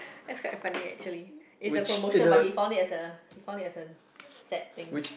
that's quite a funny actually it's a promotion but he found it as a he found it as a sad thing